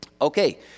Okay